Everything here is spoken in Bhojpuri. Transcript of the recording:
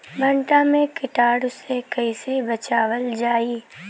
भनटा मे कीटाणु से कईसे बचावल जाई?